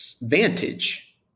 Vantage